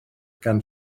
gan